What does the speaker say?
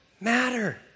matter